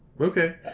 okay